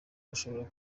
bashobora